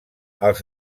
els